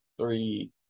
Three